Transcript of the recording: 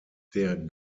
der